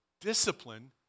discipline